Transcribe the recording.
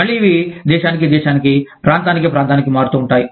మళ్ళీ ఇవి దేశానికి దేశానికి ప్రాంతానికి ప్రాంతానికి మారుతూ ఉంటాయి